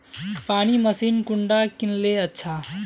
पानी मशीन कुंडा किनले अच्छा?